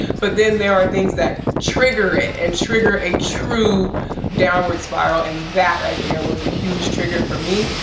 but then there are things that trigger it and trigger a true downward spiral, and that right there was a huge trigger for me.